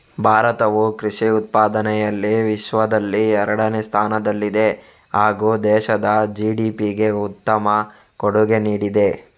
ಭಾರತವು ಕೃಷಿ ಉತ್ಪಾದನೆಯಲ್ಲಿ ವಿಶ್ವದಲ್ಲಿ ಎರಡನೇ ಸ್ಥಾನದಲ್ಲಿದೆ ಹಾಗೂ ದೇಶದ ಜಿ.ಡಿ.ಪಿಗೆ ಉತ್ತಮ ಕೊಡುಗೆ ನೀಡಿದೆ